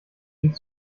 dich